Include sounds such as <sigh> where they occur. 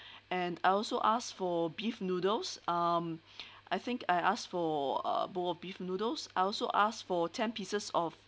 and I also asked for beef noodles um <breath> I think I asked for a bowl of beef noodles I also asked for ten pieces of